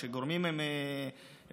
כשהגורמים הם אובייקטיביים,